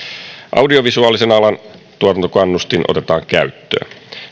audiovisuaalisen alan tuotantokannustin otetaan käyttöön